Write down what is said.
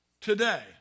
today